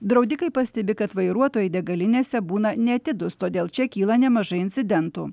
draudikai pastebi kad vairuotojai degalinėse būna neatidūs todėl čia kyla nemažai incidentų